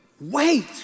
wait